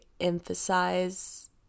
emphasize